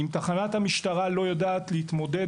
אם תחנת המשטרה לא יודעת להתמודד,